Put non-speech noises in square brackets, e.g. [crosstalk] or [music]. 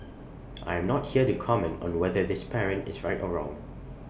[noise] I am not here to comment on whether this parent is right or wrong